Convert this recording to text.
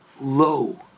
low